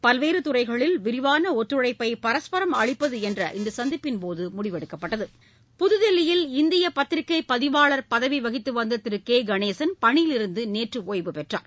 பல்வேறு துறைகளில் விரிவான ஒத்துழைப்பை பரஸ்பரம் அளிப்பது என்று இந்த சந்திப்பின் போது முடிவெடுக்கப்பட்டது பத்திரிகை புதுதில்லியில் இந்திய பதிவாளர் பதவி வகித்த வந்த திரு கே கணேசன் பணியிலிருந்து நேற்று ஒய்வு பெற்றார்